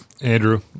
Andrew